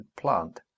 plant